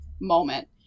moment